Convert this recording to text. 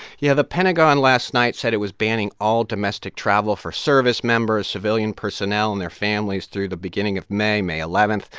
yeah. the pentagon, last night, said it was banning all domestic travel for service members, civilian personnel and their families through the beginning of may, may eleven.